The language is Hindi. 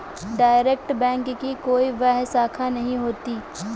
डाइरेक्ट बैंक की कोई बाह्य शाखा नहीं होती